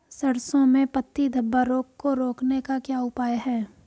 सरसों में पत्ती धब्बा रोग को रोकने का क्या उपाय है?